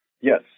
Yes